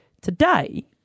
Today